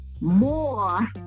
more